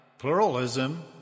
Pluralism